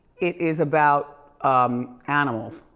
it is about animals.